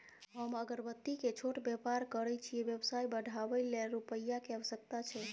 हम अगरबत्ती के छोट व्यापार करै छियै व्यवसाय बढाबै लै रुपिया के आवश्यकता छै?